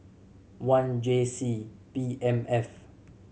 one J C P M F